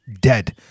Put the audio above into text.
dead